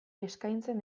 eskaintzen